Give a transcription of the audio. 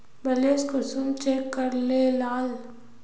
Balance कुंसम check करे लाल?